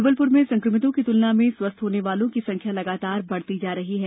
जबलपुर में संक्रमितों की तुलना में स्वस्थ होने वालों की संख्या लगातार बढ़ती जा रही है